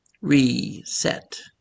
reset